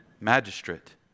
magistrate